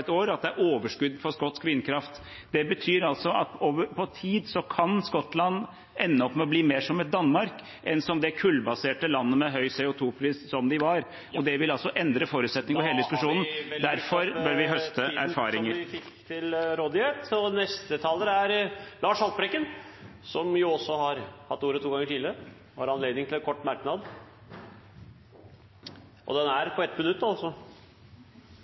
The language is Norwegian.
Det betyr at over tid kan Skottland ende opp med å bli mer som et Danmark enn som det kullbaserte landet med høy CO2-pris som det var. Det vil endre forutsetningene for hele diskusjonen, og derfor bør vi høste erfaring … Da har man brukt opp tiden man fikk til rådighet. Neste taler er representanten Lars Haltbrekken, som har hatt ordet to ganger tidligere og får ordet til en kort merknad, begrenset til 1 minutt. – Den er altså på 1 minutt!